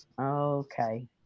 okay